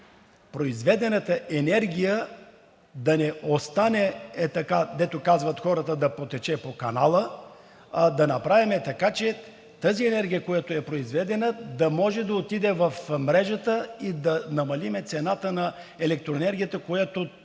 произведената енергия да не остане така, дето казват хората – да потече по канала, а да направим така, че тази енергия, която е произведена, да може да отиде в мрежата и да намалим цената на електроенергията, която